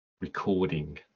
recording